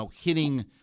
hitting